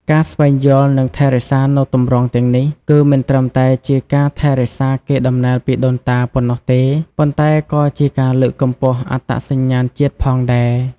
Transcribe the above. ការស្វែងយល់ និងថែរក្សានូវទម្រង់ទាំងនេះ គឺមិនត្រឹមតែជាការថែរក្សាកេរដំណែលពីដូនតាប៉ុណ្ណោះទេ ប៉ុន្តែក៏ជាការលើកកម្ពស់អត្តសញ្ញាណជាតិផងដែរ។